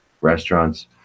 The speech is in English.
restaurants